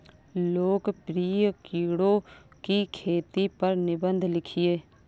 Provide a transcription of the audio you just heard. लोकप्रिय कीड़ों की खेती पर निबंध लिखिए